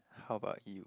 how about you